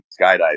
skydiving